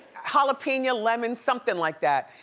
jalapeno, lemon, something like that.